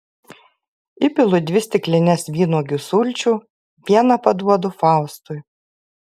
įpilu dvi stiklines vynuogių sulčių vieną paduodu faustui